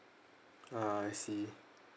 ah I see